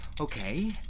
Okay